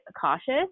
cautious